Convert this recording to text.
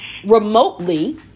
Remotely